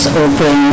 open